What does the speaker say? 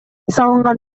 салынган